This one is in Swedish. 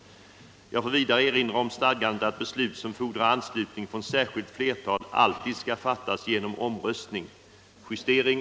Jag får vidare erinra om stadgandet att beslut som fordrar anslutning från särskilt flertal alltid skall fattas genom omröstning.